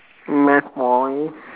math boy